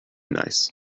nice